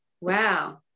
Wow